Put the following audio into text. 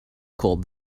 call